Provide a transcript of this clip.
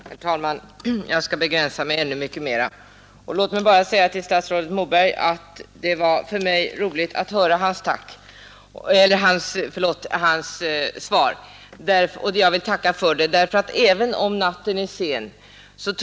Herr talman! Jag skall begränsa mig ännu mycket mera. Låt mig bara säga till statsrådet Moberg att det var för mig roligt att höra hans svar, och jag vill tacka för det.